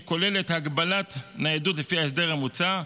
שכוללת הגבלת ניידות לפי ההסדר המוצע,